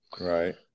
Right